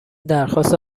درخواست